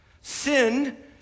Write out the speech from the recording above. Sin